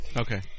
okay